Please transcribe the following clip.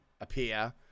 appear